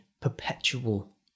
perpetual